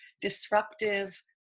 disruptive